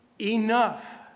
enough